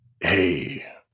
hey